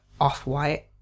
off-white